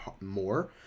more